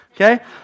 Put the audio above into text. okay